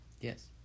Yes